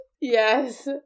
yes